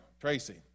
Tracy